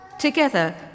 Together